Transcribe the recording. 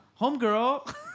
Homegirl